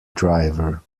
driver